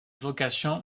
vocation